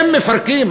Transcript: אם מפרקים,